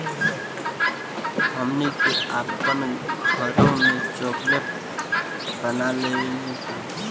हमनी के आपन घरों में चॉकलेट बना लेवे नी सन